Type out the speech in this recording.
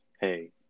hey